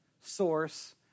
source